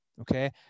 Okay